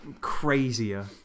crazier